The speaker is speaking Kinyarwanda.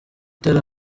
tara